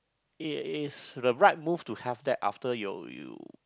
it is the right move to have that after you you